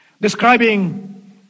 describing